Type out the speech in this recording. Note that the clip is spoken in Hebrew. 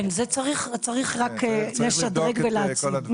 כן, זה צריך רק לשדרג ולהעצים.